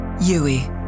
Yui